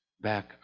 back